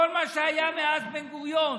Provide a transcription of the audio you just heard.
בכל מה שהיה מאז בן-גוריון.